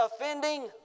offending